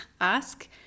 ask